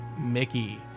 Mickey